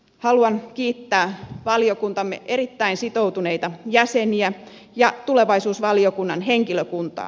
haluan kiittää valiokuntamme erittäin sitoutuneita jäseniä ja tulevaisuusvaliokunnan henkilökuntaa